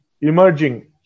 emerging